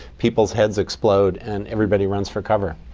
people's heads explode and everybody runs for cover.